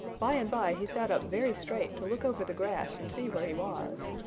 by and by he sat up very straight to look over the grass and see where he was.